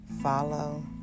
follow